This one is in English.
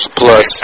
plus